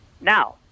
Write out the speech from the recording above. Now